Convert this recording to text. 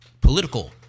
political